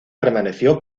permaneció